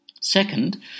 Second